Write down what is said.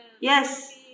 Yes